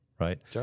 right